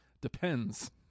Depends